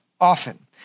often